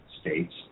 states